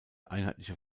einheitliche